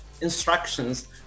instructions